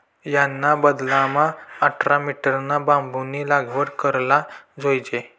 याना बदलामा आठरा मीटरना बांबूनी लागवड कराले जोयजे